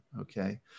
okay